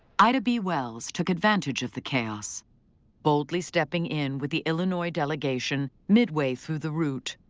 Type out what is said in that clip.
ida b. wells took advantage of the chaos boldly stepping in with the illinois delegation midway through the route.